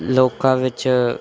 ਲੋਕਾਂ ਵਿੱਚ